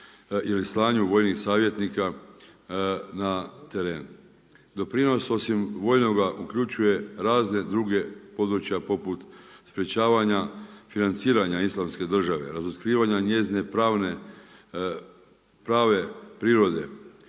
ili slanju vojnih savjetnika na teren. Doprinos osim vojnoga uključuje razna druga područja poput sprečavanja financiranja Islamske države, razotkrivanja njezine prave prirode,